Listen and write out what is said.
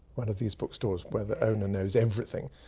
one of these book stores where the owner knows everything,